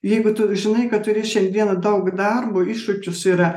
jeigu tu žinai kad turi šiandieną daug darbo iššūkis yra